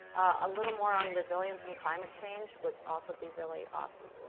a little more on resilience and climate change would also be really awesome.